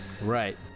Right